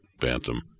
Bantam